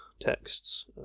texts